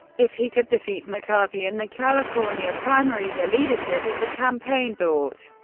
if he could defeat mccarthy in the california primary, the leadership of the campaign thought,